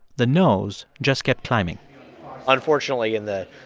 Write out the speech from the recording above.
the nose just kept climbing unfortunately, in the,